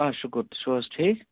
آ شُکُر تُہۍ چھِو حظ ٹھیٖک